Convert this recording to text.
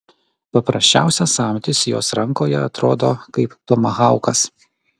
paprasčiausias samtis jos rankoje atrodo kaip tomahaukas